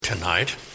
Tonight